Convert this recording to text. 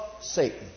Satan